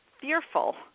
fearful